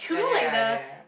like ya ya ya ya